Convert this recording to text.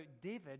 David